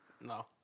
No